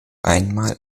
einmal